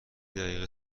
دقیقه